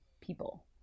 people